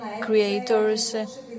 creators